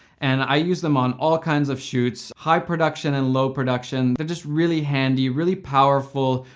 and i use them on all kinds of shoots, high production and low production, they're just really handy, really powerful,